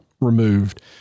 removed